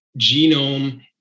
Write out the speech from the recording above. genome